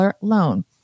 loan